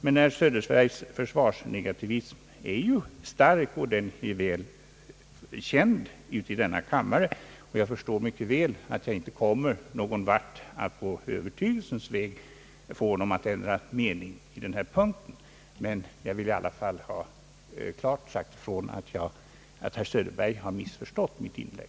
Herr Söderbergs försvarsnegativism är ju stark, och den är väl känd uti denna kammare. Jag förstår mycket väl att jag inte har någon möjlighet att på övertygandets väg få honom att ändra uppfattning på denna punkt, men jag vill i alla fall, herr talman, klart ha sagt ifrån att herr Söderberg har missförstått mig.